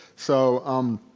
so. i'm